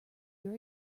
your